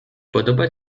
podoba